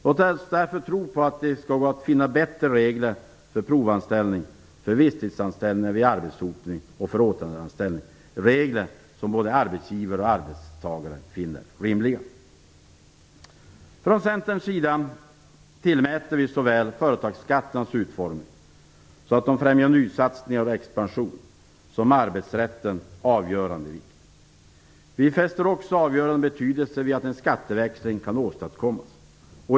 Låt oss därför tro på att det skall gå att finna bättre regler för provanställning, för visstidsanställningar vid arbetshopning och för återanställning - regler som både arbetsgivare och arbetstagare finner rimliga. Från Centerns sida tillmäter vi såväl företagsskatternas utformning - så att de främjar nysatsningar och expansion - som arbetsrätten avgörande vikt. Vi fäster också avgörande betydelse vid att en skatteväxling kan åstadkommas.